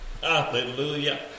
Hallelujah